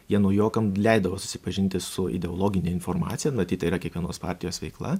jie naujokam leidavo susipažinti su ideologine informacija matyt tai yra kiekvienos partijos veikla